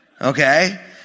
Okay